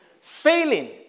Failing